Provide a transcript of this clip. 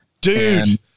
dude